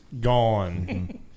gone